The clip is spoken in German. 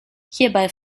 hierbei